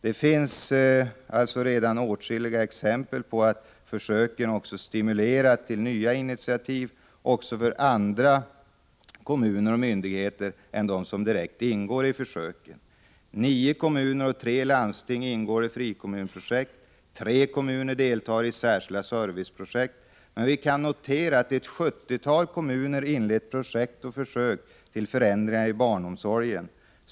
Redan nu finns det alltså åtskilliga exempel på att försöksverksamheten har stimulerat till nya initiativ. Det gäller också andra kommuner och myndigheter än dem som ingår i försöksverksamheten. Nio kommuner och tre landsting ingår i frikommunsprojektet. Tre kommuner deltar i särskilda serviceprojekt. Vidare har ett sjuttiotal kommuner inlett projekt och försöksverksamheter, avsedda att åstadkomma förändringar inom barnomsorgen.